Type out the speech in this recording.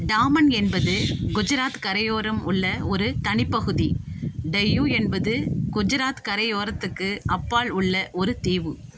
டாமன் என்பது குஜராத் கரையோரம் உள்ள ஒரு தனிப்பகுதி டையூ என்பது குஜராத் கரையோரத்துக்கு அப்பால் உள்ள ஒரு தீவு